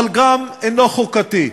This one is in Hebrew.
אבל גם אינו חוקתי.